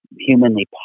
humanly